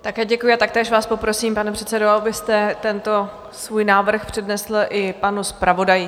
Také děkuji a taktéž vás poprosím, pane předsedo, abyste tento svůj návrh předal i panu zpravodaji.